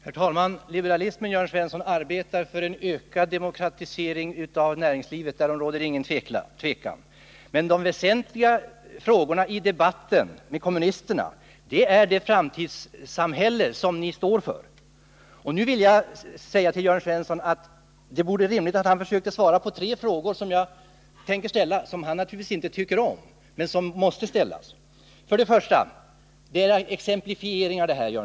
Herr talman! Liberalismen arbetar, Jörn Svensson, för en ökad demokratisering av näringslivet. Därom råder det inget tvivel. Men de väsentliga frågorna i debatten med kommunisterna gäller det framtidssamhälle som ni står för. Det vore rimligt om Jörn Svensson försökte svara på tre frågor, som han naturligtvis inte kommer att tycka om men som jag vill ställa till honom som en exemplifiering av detta påstående.